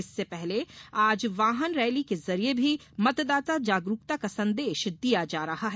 इससे पहले आज वाहन रैली के जरिए भी मतदाता जागरूकता का संदेश दिया जा रहा है